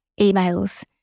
emails